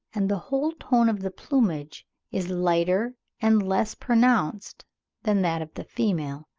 and the whole tone of the plumage is lighter and less pronounced than that of the female.